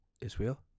Israel